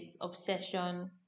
obsession